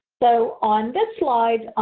so on the slide,